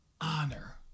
honor